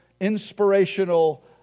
inspirational